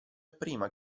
prima